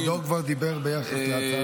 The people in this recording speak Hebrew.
כבודו כבר דיבר ביחס להצעת החוק.